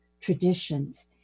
traditions